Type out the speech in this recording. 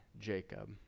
Jacob